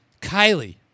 Kylie